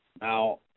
Now